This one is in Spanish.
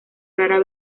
rara